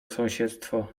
sąsiedztwo